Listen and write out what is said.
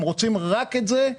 הם רוצים רק את זה.